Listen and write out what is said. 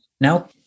now